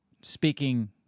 speaking